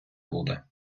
буде